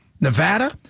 Nevada